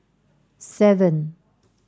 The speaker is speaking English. seven